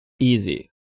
easy